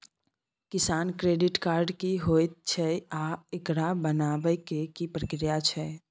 किसान credit card की होयत छै आ एकरा बनाबै के की प्रक्रिया छै?